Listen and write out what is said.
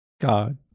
god